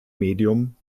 medium